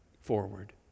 forward